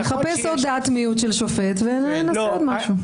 נחפש עוד דעת מיעוט של שופט, ונעשה עוד משהו...